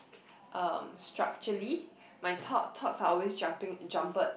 um structurally my thought thoughts are always jumping jumbled